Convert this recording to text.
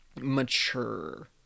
mature